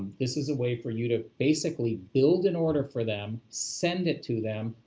this is a way for you to basically build an order for them, send it to them,